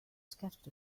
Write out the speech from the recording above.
scattered